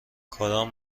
کدام